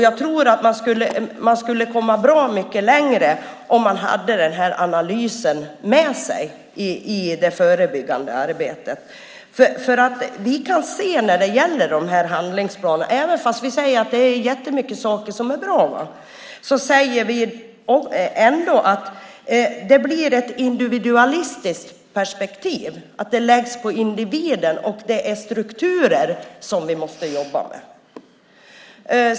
Jag tror att man skulle komma bra mycket längre om man hade den här analysen med sig i det förebyggande arbetet. Det finns jättemånga saker som är bra i de här handlingsplanerna, men vi säger ändå att det blir ett individualistiskt perspektiv. Det läggs på individen, och det är strukturer som vi måste jobba med.